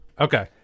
Okay